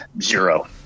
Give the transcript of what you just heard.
zero